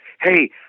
hey